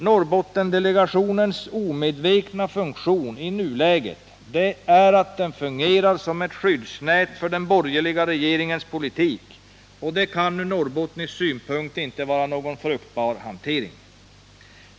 Norrbottendelegationens omedvetna funktion i nuläget är att den fungerar som skyddsnät för den borgerliga regeringens politik, och det kan från norrbottnisk synpunkt inte vara någon fruktbar hantering.